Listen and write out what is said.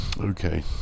okay